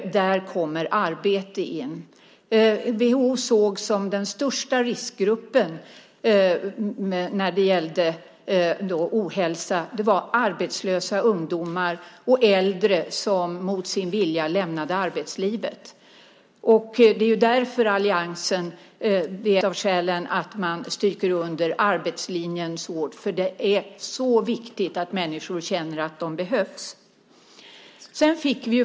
Där kommer arbetet in. De grupper som WHO såg som de största riskgrupperna när det gällde ohälsa var arbetslösa ungdomar och äldre som lämnade arbetslivet mot sin vilja. Det är ett av skälen till att alliansen stryker under arbetslinjen så hårt. Det är så viktigt att människor känner att de behövs.